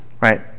Right